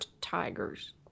tigers